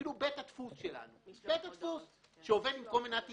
אפילו בית הדפוס שלנו שעובד עם כל מדינת ישראל.